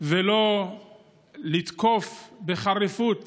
ולא לתקוף בחריפות